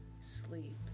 Sleep